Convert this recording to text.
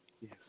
Yes